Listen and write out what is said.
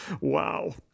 Wow